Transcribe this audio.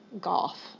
golf